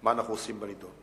מה אנחנו עושים בנדון.